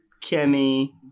Kenny